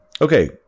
okay